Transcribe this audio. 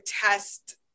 test